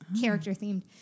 character-themed